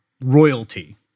royalty